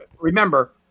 Remember